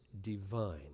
divine